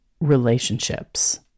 relationships